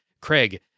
Craig